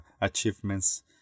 achievements